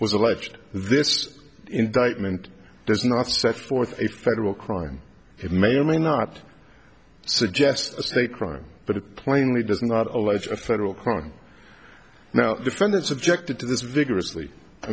was alleged this indictment does not set forth a federal crime it may or may not suggest a state crime but it plainly does not allege a federal crime now defendant subjected to this vigorously